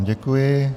Děkuji.